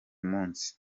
munsi